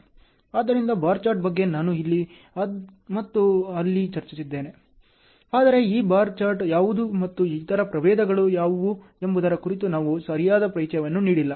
ಆದ್ದರಿಂದ bar chart ಬಗ್ಗೆ ನಾನು ಇಲ್ಲಿ ಮತ್ತು ಅಲ್ಲಿ ಚರ್ಚಿಸಿದ್ದೇನೆ ಆದರೆ ಈ ಬಾರ್ ಚಾರ್ಟ್ ಯಾವುದು ಮತ್ತು ಇತರ ಪ್ರಭೇದಗಳು ಯಾವುವು ಎಂಬುದರ ಕುರಿತು ನಾವು ಸರಿಯಾದ ಪರಿಚಯವನ್ನು ನೀಡಿಲ್ಲ